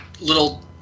little